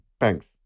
Thanks